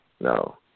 no